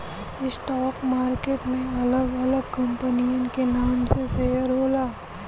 stock market में अलग अलग कंपनियन के नाम से शेयर होला